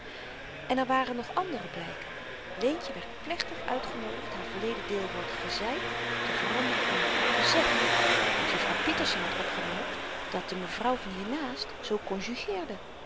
en er waren nog andere blyken leentje werd plechtig uitgenoodigd haar verleden deelwoord gezeid te veranderen in gezegd want jufvrouw pieterse had opgemerkt de de mevrouw van hier naast zoo